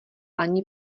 ani